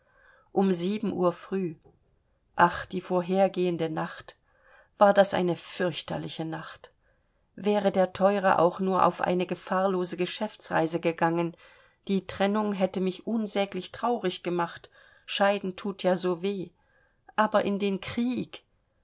um sieben uhr früh ach die vorhergehende nacht war das eine fürchterliche nacht wäre der teure auch nur auf eine gefahrlose geschäftsreise gegangen die trennung hätte mich unsäglich traurig gemacht scheiden thut ja so weh aber in den krieg